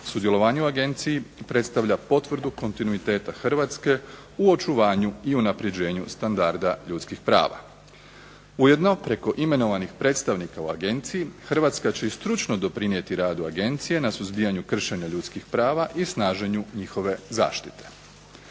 sudjelovanje u Agenciji predstavlja potvrdu kontinuiteta Hrvatske u očuvanju i unapređenju standarda ljudskih prava. Ujedno preko imenovanih predstavnika u Agenciji, Hrvatska će i stručno doprinijeti radu Agencije na suzbijanju kršenja ljudskih prava i snaženju njihove zaštite.